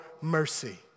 mercy